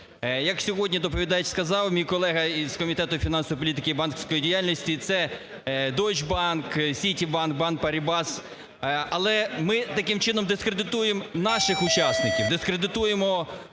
Як сьогодні доповідач сказав, мій колега із Комітету фінансової політики і банківської діяльності, це Deutsche Bank, Сіtіbank, BNP Paribas. Але ми таким чином дискредитуємо наших учасників, дискредитуємо